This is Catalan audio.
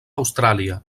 austràlia